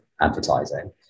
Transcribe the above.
advertising